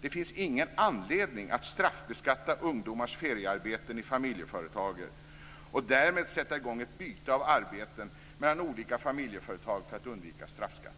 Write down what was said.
Det finns ingen anledning att straffbeskatta ungdomars feriearbeten i familjeföretaget och därmed sätta i gång ett byte av arbeten mellan olika familjeföretag för att undvika straffskatten.